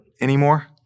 anymore